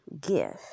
gift